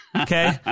Okay